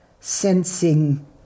sensing